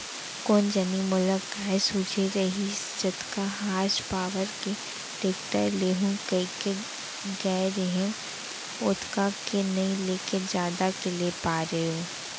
कोन जनी मोला काय सूझे रहिस जतका हार्स पॉवर के टेक्टर लेहूँ कइके गए रहेंव ओतका के नइ लेके जादा के ले पारेंव